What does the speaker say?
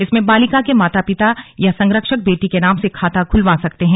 इसमें बालिका के माता पिता या संरक्षक बेटी के नाम से खाता खुलवा सकते हैं